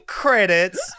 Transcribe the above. credits